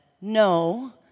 No